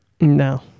No